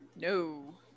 No